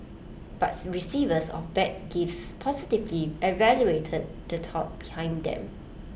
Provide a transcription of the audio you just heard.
but receivers of bad gifts positively evaluated the thought behind them